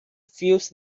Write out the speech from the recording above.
fills